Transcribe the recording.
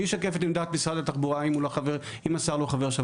מי ישקף את עמדת משרד התחבורה אם השר לא חבר בוועדה?